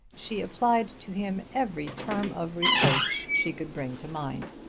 she applied to him every term of reproach she could bring to mind.